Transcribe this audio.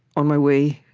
on my way,